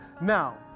Now